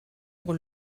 pour